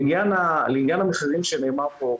לעניין המחירים שנאמר פה.